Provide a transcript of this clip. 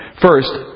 First